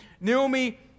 Naomi